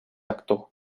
actor